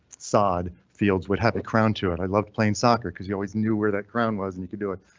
sod fields would have a crown to it. i love playing soccer cause you always knew where that crown was and you could do it.